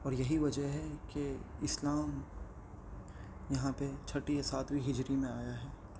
اور یہی وجہ ہے کہ اسلام یہاں پہ چھٹی یا ساتویں ہجری میں آیا ہے